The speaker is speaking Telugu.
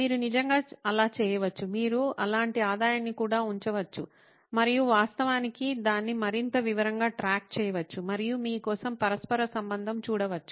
మీరు నిజంగా అలా చేయవచ్చు మీరు అలాంటి ఆదాయాన్ని కూడా ఉంచవచ్చు మరియు వాస్తవానికి దాన్ని మరింత వివరంగా ట్రాక్ చేయవచ్చు మరియు మీ కోసం పరస్పర సంబంధం చూడవచ్చు